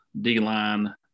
D-line